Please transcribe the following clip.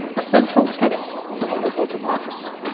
a central tenet of a liberal democracy.